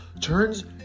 turns